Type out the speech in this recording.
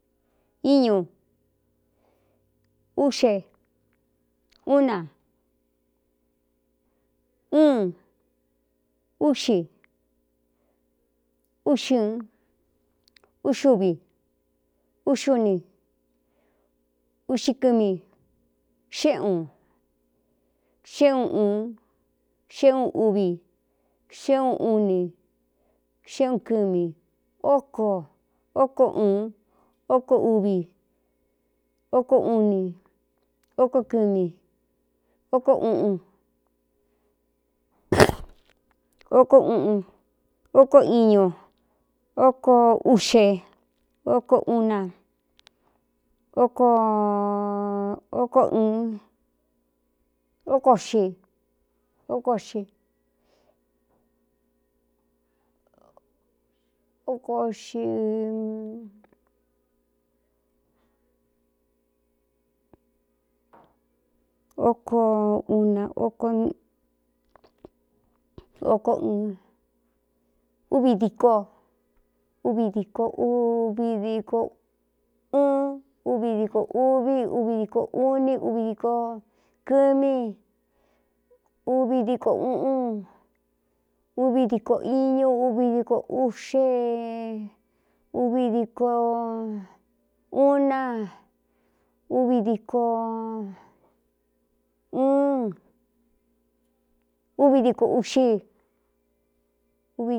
Iñu úꞌxe u na úꞌxe úx ū úxúvi úxí uni uxɨ kɨmi kxéꞌun kxé uun uun kxé uun uvi kxé uun u ni kxé un kɨmi kóko un óko uvi oko uu oko uñu oko uꞌxe ko u na ko nko xe xenv díí kodvdkun uvi di kō uvi uvidi ko uni uvi di kō kɨmí uv dkuun uvi dií kō iñu uvi di ko uxe uv diko uu na duvi dií ko uꞌxe.